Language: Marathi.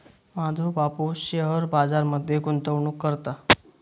माझो बापूस शेअर बाजार मध्ये गुंतवणूक करता